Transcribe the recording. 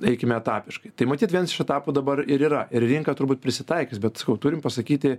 eikim etapiškai tai matyt vienas iš etapų dabar ir yra ir rinka turbūt prisitaikys bet turim pasakyti